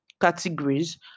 categories